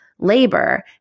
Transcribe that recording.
Labor